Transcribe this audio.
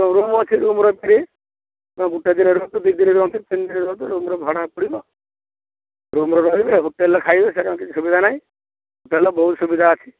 room ଅଛି room ରଖିବି ଆପଣ ଗୋଟେ ଦିନ ରୁହନ୍ତୁ ଦୁଇଦିନ ରୁହନ୍ତୁ ତିନିଦିନ ରୁହନ୍ତୁ ରୁମ୍ର ଭଡ଼ା ପଡ଼ିବ ରୁମ୍ରେ ରହିବେ ହୋଟେଲ୍ରେ ଖାଇବେ ସେରଙ୍କ କିଛି ସୁବିଧା ନାହିଁ ହୋଟେଲ୍ର ବହୁତ ସୁବିଧା ଅଛି